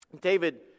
David